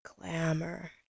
Glamour